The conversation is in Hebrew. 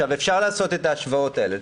אפשר לעשות את ההשוואות האלה.